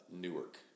Newark